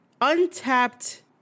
untapped